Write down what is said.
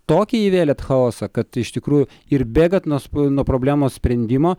tokį įvėlėt chaosą kad iš tikrųjų ir bėgat nuo spu nuo problemos sprendimo